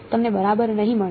તમને બરાબર નહીં મળે